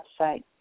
website